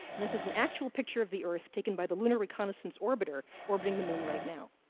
this is an actual picture of the earth taken by the lunar reconnaissance orbiter orbiting the moon right now.